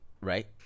right